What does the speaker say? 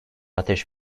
ateş